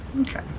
Okay